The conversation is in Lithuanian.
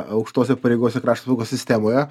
aukštose pareigose krašto apsaugos sistemoje